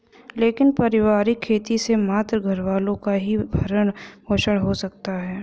लेकिन पारिवारिक खेती से मात्र घरवालों का ही भरण पोषण हो सकता है